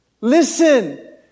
listen